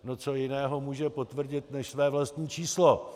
No co jiného může potvrdit než své vlastní číslo?